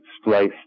spliced